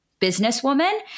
businesswoman